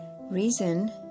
reason